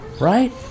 right